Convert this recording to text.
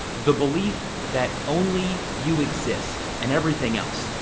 the belief that only you exist and everything else,